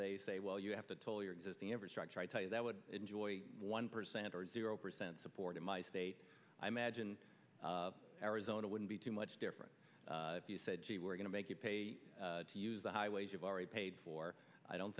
they say well you have to tell your existing infrastructure i tell you that would enjoy one percent or zero percent support in my state i imagine arizona wouldn't be too much different if you said gee we're going to make you pay to use the highways you've already paid for i don't